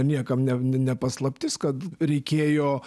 niekam ne nepaslaptis kad reikėjo